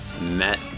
met